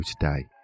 today